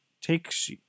takes